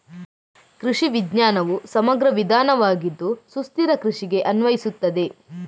ಕೃಷಿ ವಿಜ್ಞಾನವು ಸಮಗ್ರ ವಿಧಾನವಾಗಿದ್ದು ಸುಸ್ಥಿರ ಕೃಷಿಗೆ ಅನ್ವಯಿಸುತ್ತದೆ